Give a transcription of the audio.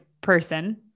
person